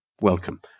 Welcome